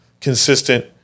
consistent